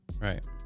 Right